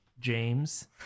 James